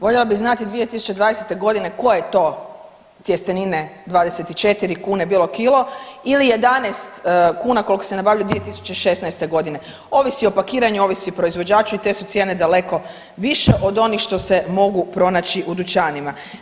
Voljela bih znati 2020. g. koje to tjestenine 24 kune bilo kilo ili 11 kuna, koliko se nabavljalo 2016. g. Ovisi o pakiranju, ovisi o proizvođaču i te su cijene daleko više od onih što se mogu pronaći u dućanima.